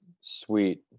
Sweet